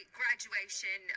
graduation